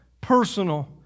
personal